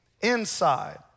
inside